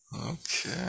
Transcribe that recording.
Okay